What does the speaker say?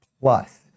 plus